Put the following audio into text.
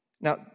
Now